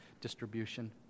distribution